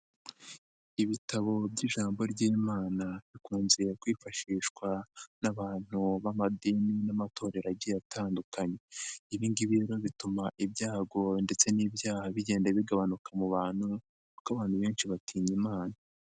Ibitabo by'ijambo ry'Imana bikunze kwifashishwa n'abantu b'amadini n'amatorero agiye atandukanye, ibi ngibi rero bituma ibyago ndetse n'ibyaha bigenda bigabanuka mu bantu kuko abantu benshi batinya Imana.